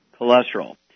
cholesterol